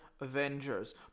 Avengers